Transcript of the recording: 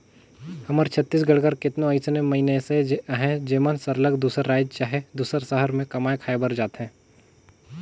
हमर छत्तीसगढ़ कर केतनो अइसन मइनसे अहें जेमन सरलग दूसर राएज चहे दूसर सहर में कमाए खाए बर जाथें